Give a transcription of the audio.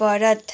Bharat